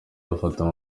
bafata